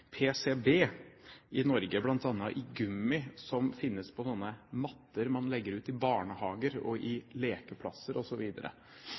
PCB i Norge, bl.a. i gummi som finnes på matter man legger ut i barnehager,